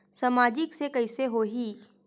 सामाजिक से कइसे होही?